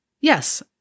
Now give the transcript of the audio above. Yes